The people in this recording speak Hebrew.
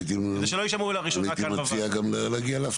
אני אשמח שהדיון יהיה יותר נרחב